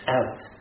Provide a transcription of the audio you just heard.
out